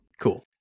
Cool